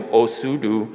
osudu